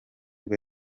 bwo